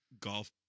golf